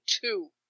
two